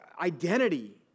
Identity